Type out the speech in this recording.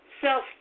self